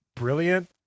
brilliant